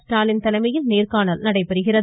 ஸ்டாலின் தலைமையில் நேர்காணல் நடைபெறுகிறது